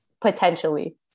potentially